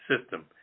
system